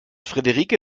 friederike